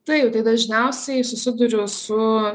taip dažniausiai susiduriu su